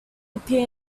appear